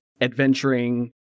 adventuring